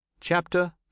Chapter